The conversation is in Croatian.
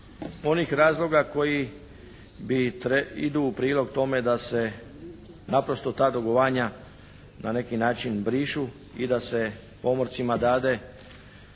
onih razloga koji bi idu u prilog tome da se naprosto ta dugovanja na neki način brišu i da se pomorcima dade